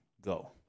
Go